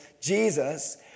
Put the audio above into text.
Jesus